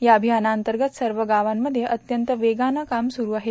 या अभियानांतर्गत सर्व गावांमध्ये अत्यंत वेगानं काम स्ररू आहे